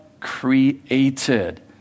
created